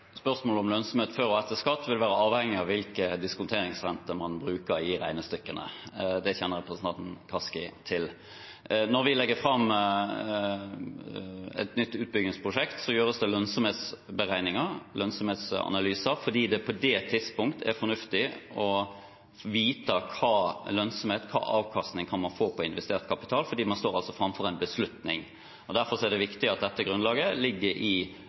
Spørsmålet om lønnsomhet før og etter skatt vil være avhengig av hvilke diskonteringsrenter man bruker i regnestykkene. Det kjenner representanten Kaski til. Når vi legger fram et nytt utbyggingsprosjekt, gjøres det lønnsomhetsberegninger, lønnsomhetsanalyser, fordi det på det tidspunktet er fornuftig å vite hvilken lønnsomhet, hvilken avkastning, man kan få på investert kapital, fordi man står foran en beslutning. Derfor er det viktig at dette grunnlaget ligger i